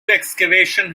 excavation